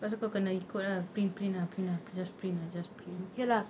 lepas tu kau kena ikut ah print print ah print ah just print ah just print